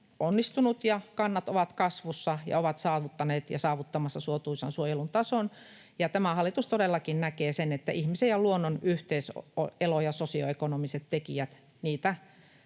onnistunut, kannat ovat kasvussa ja ovat saavuttaneet ja saavuttamassa suotuisan suojelun tason. Tämä hallitus todellakin näkee sen, että ihmisen ja luonnon yhteiseloa ja sosioekonomisia tekijöitä